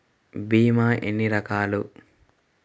భీమ ఎన్ని రకాలు?